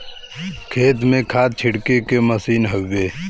खेत में खाद छिड़के के मसीन हउवे